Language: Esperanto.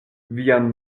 vian